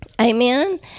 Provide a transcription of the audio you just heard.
Amen